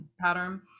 pattern